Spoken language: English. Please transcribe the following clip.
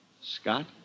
Scott